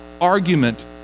argument